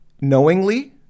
Knowingly